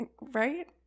Right